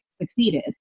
succeeded